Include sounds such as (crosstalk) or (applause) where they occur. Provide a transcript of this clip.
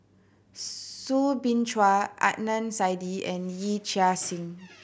(unintelligible) Soo Bin Chua Adnan Saidi and Yee Chia Hsing